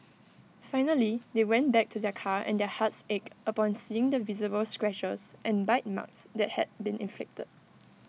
finally they went back to their car and their hearts ached upon seeing the visible scratches and bite marks that had been inflicted